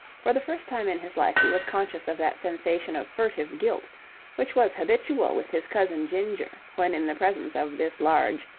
for the first time in his life he was conscious of that sensation of furtive guilt which was habitual with his cousin ginger when in the presence of this large,